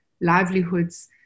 livelihoods